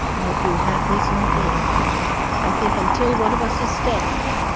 i hope you have this on tape i think until one of us is stabbed,